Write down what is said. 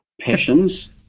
passions